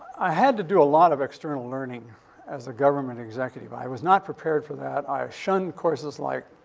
i had to do a lot of external learning as a government executive. i was not prepared for that. i shunned courses like,